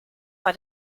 bei